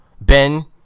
Ben